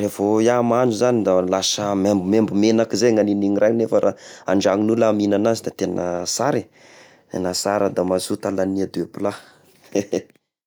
revo iaho mahandro zagny da lasa maimbomaimbo megnaka zay agniny raha igny fa raha an-dragnon'olo aho mihigna azy da tegna sara eh, tegna sara da mazoto alagnia deux plat.